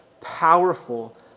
powerful